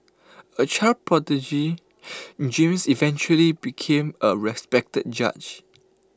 A child prodigy James eventually became A respected judge